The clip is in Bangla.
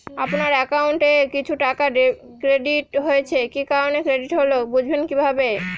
আপনার অ্যাকাউন্ট এ কিছু টাকা ক্রেডিট হয়েছে কি কারণে ক্রেডিট হল বুঝবেন কিভাবে?